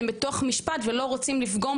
הם בתוך משפט ולא רוצים לפגום,